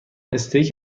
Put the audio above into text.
استیک